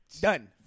done